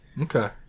Okay